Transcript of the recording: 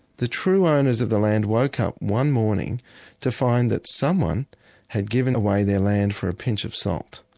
the true owners of the land woke up one morning to find that someone had given away their land for a pinch of salt.